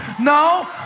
No